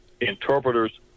interpreters